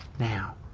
now